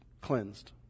cleansed